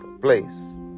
place